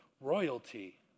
royalty